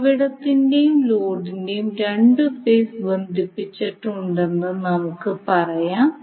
ഉറവിടത്തിന്റെയും ലോഡിന്റെയും രണ്ട് ഫേസും ബന്ധിപ്പിച്ചിട്ടുണ്ടെന്ന് നമുക്ക് പറയാം